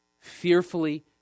fearfully